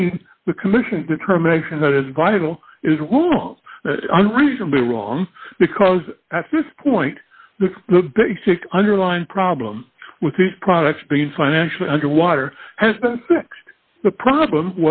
not the commission determination that is vital is rule on reason be wrong because at this point the basic underlying problem with these products being financially underwater has been the problem